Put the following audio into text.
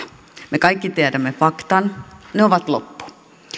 me kaikki tiedämme faktan ne ovat loppu